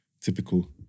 typical